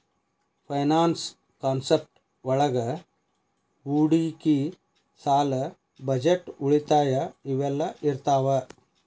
finance concept ಒಳಗ ಹೂಡಿಕಿ ಸಾಲ ಬಜೆಟ್ ಉಳಿತಾಯ ಇವೆಲ್ಲ ಇರ್ತಾವ